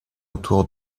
autour